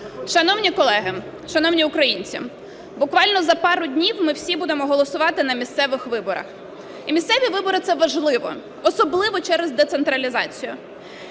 Шановні колеги! Шановні українці! Буквально за пару днів ми всі будемо голосувати на місцевих виборах. І місцеві вибори – це важливо, особливо через децентралізацію.